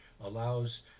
allows